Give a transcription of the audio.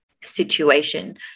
situation